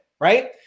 right